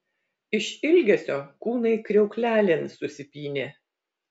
iš ilgesio kūnai kriauklelėn susipynė